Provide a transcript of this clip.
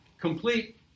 complete